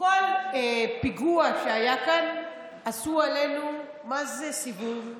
כל פיגוע שהיה כאן, עשו עלינו מה זה סיבוב.